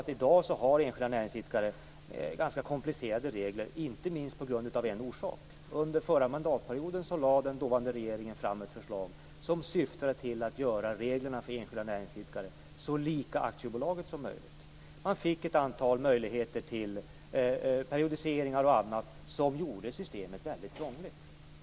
I dag har enskilda näringsidkare ganska komplicerade regler inte minst av en orsak: Under den förra mandatperioden lade den dåvarande regeringen fram ett förslag som syftade till att göra reglerna för enskilda näringsidkare så lika aktiebolagens som möjligt. Man fick ett antal möjligheter till periodiseringar och annat som gjorde systemet väldigt krångligt.